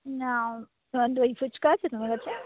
না দই ফুচকা আছে তোমার কাছে